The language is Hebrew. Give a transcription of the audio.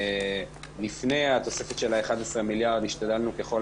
לפני התוספת של ה-11 מיליארד השתדלנו ככל